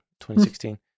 2016